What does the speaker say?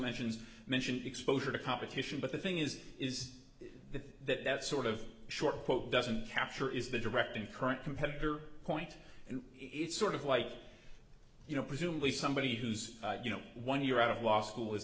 mentions mention exposure to competition but the thing is is that that sort of short quote doesn't capture is the direct and current competitor point and it's sort of like you know presumably somebody who's you know one year out of law school is